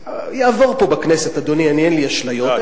ויעבור פה בכנסת, אדוני, אין לי אשליות.